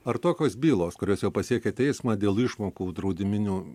ar tokios bylos kurios jau pasiekė teismą dėl išmokų draudiminių